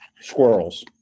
squirrels